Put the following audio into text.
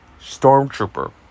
Stormtrooper